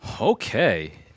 Okay